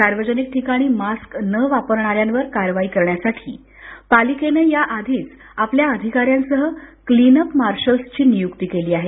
सार्वजनिक ठिकाणी मास्क न वापरणाऱ्यांवर कारवाई करण्यासाठी पालिकेनं आपल्या अधिकाऱ्यांसह क्लीन अप मार्शल्सची नियुक्ती केली आहे